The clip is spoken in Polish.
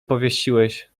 powiesiłeś